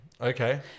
Okay